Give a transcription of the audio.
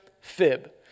fib